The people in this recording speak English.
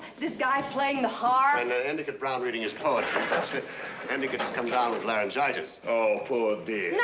this guy playing the harp. and endicott brown reading his poetry, but endicott's come down with laryngitis. oh, poor dear.